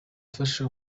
afasha